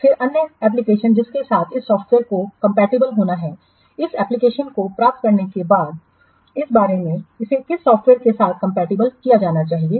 फिर अन्य एप्लिकेशन जिसके साथ इस सॉफ्टवेयर को कंपैटिबल होना है इस एप्लिकेशन को प्राप्त करने के बाद एक बार इसे किस सॉफ्टवेयर के साथ कंपैटिबल किया जाना चाहिए